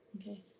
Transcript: Okay